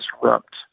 disrupt